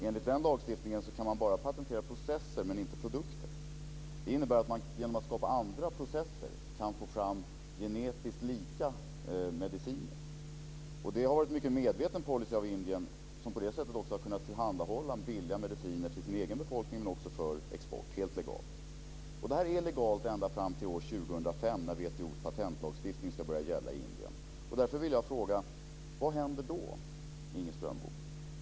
Enligt den lagstiftningen kan man bara patentera processer, men inte produkter. Det innebär att man genom att skapa andra processer kan få fram genetiskt lika mediciner. Det har varit en mycket medveten policy av Indien, som på det sättet har kunnat tillhandahålla billiga mediciner till sin egen befolkning men också för export - helt legalt. Detta är legalt ända fram till år 2005, när WTO:s patentlagstiftning ska börja gälla i Indien. Därför vill jag fråga: Vad händer då, Inger Strömbom?